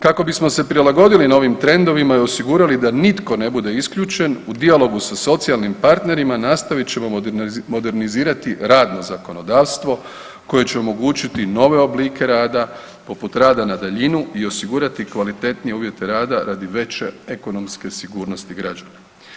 Kako bismo se prilagodili novim trendovima i osigurali da nitko ne bude isključen u dijalogu sa socijalnim partnerima nastavit ćemo modernizirati radno zakonodavstvo koje će omogućiti nove oblike rada poput rada na daljinu i osigurati kvalitetnije uvjete rada radi veće ekonomske sigurnosti građana.